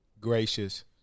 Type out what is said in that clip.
gracious